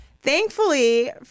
Thankfully